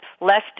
less